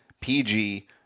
PG